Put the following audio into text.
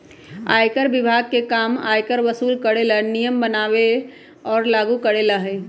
आयकर विभाग के काम आयकर वसूल करे ला नियम बनावे और लागू करेला हई